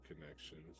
connections